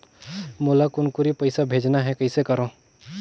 मोला कुनकुरी पइसा भेजना हैं, कइसे करो?